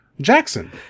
Jackson